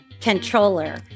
controller